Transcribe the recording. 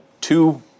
two